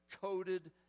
coated